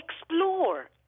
explore